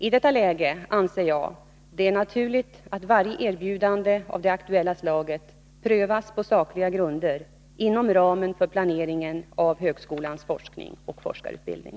I detta läge anser jag det naturligt att varje erbjudande av det aktuella slaget prövas på sakliga grunder inom ramen för planeringen av högskolans forskning och forskarutbildning.